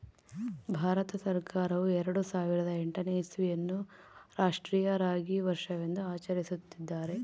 ಭಾರತ ಸರ್ಕಾರವು ಎರೆಡು ಸಾವಿರದ ಎಂಟನೇ ಇಸ್ವಿಯನ್ನು ಅನ್ನು ರಾಷ್ಟ್ರೀಯ ರಾಗಿ ವರ್ಷವೆಂದು ಆಚರಿಸುತ್ತಿದ್ದಾರೆ